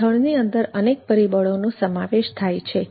સ્થળની અંદર અનેક પરિબળોનો સમાવેશ થાય છે